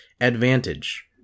Advantage